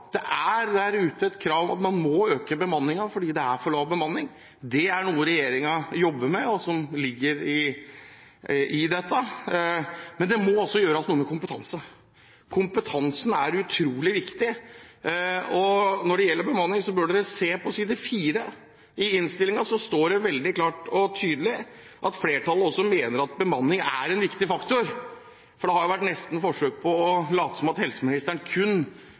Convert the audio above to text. et krav der ute at man må øke bemanningen fordi det er for lav bemanning. Det er noe regjeringen jobber med, og som ligger i dette. Men det må også gjøres noe med kompetansen. Kompetansen er utrolig viktig. Når det gjelder bemanning, bør man se på side 4 i innstillingen. Der står det veldig klart og tydelig at flertallet også mener at bemanning er en viktig faktor. Det har jo nesten vært forsøk på å late som om helseministeren kun